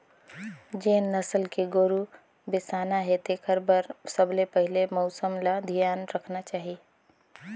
जेन नसल के गोरु बेसाना हे तेखर बर सबले पहिले मउसम ल धियान रखना चाही